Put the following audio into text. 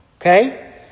Okay